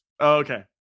okay